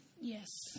yes